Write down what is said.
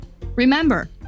Remember